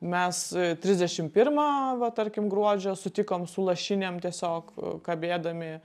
mes trisdešim pirmą va tarkim gruodžio sutikom su lašinėm tiesiog kabėdami